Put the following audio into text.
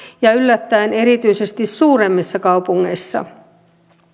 ja yllättäen erityisesti suuremmissa kaupungeissa